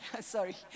sorry